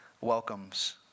welcomes